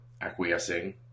acquiescing